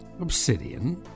Obsidian